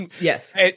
Yes